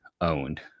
owned